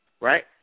right